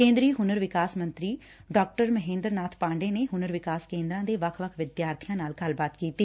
ਕੇਂਦਰੀ ਹੁਨਰ ਵਿਕਾਸ ਮੰਤਰੀ ਡਾ ਮਹੇਂਦਰ ਨਾਥ ਪਾਡੇ ਨੇ ਹੁਨਰ ਵਿਕਾਸ ਕੇਦਰਾ ਦੇ ਵੱਖ ਵਿਦਿਆਰਥੀਆਂ ਨਾਲ ਗੱਲਬਾਤ ਕੀਤੀ